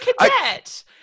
cadet